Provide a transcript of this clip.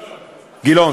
גילאון.